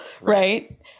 right